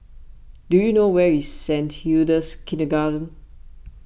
do you know where is Saint Hilda's Kindergarten